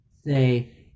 say